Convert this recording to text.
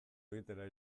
egitera